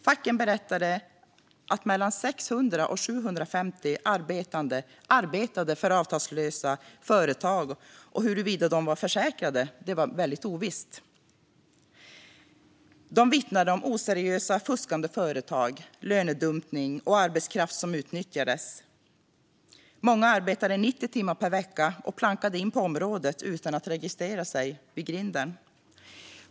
Facken berättade att mellan 600 och 750 arbetade för avtalslösa företag. Huruvida de var försäkrade var väldigt ovisst. De vittnade om oseriösa, fuskande företag, lönedumpning och arbetskraft som utnyttjades. Många arbetade 90 timmar per vecka och plankade in på området utan att registrera sig vid grinden.